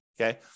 okay